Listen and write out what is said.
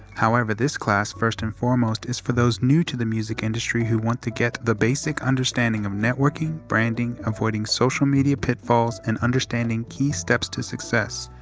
however, this class, first and foremost, is for those new to the music industry who want to get the basic understanding of networking, branding, avoiding social media pitfalls and understanding key steps to success.